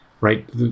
right